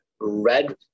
red